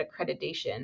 accreditation